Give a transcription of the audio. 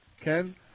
Ken